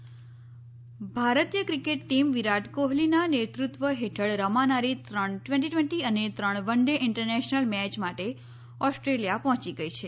cricket India ભારતીય cricket team Virat કોહલીનાં નેતૃત્વ હેઠળ રમાનારી ત્રણ ટવેન્ટી ટ્વેન્ટી અને ત્રણ વન ડે ઈન્ટરનેશનલ મેચ માટે ઓસ્ટ્રેલીયા પહોંચી ગઈ છે